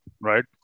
right